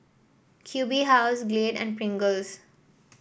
Q B House Glade and Pringles